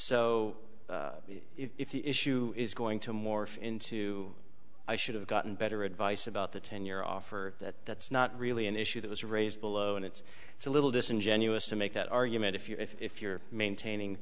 so if the issue is going to morph into i should have gotten better advice about the ten year offer that that's not really an issue that was raised below and it's it's a little disingenuous to make that argument if you if you're maintaining